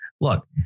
look